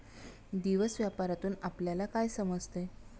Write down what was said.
दिवस व्यापारातून आपल्यला काय समजते